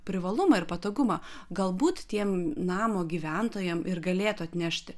privalumą ir patogumą galbūt tiem namo gyventojam ir galėtų atnešti